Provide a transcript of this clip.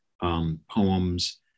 poems